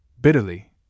bitterly